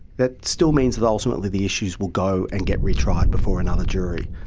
that still means that ultimately the issues will go and get retried before another jury.